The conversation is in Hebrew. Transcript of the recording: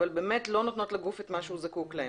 אבל הן לא נותנות לגוף את מה שהוא זקוק להם.